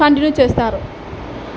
continue చేస్తారు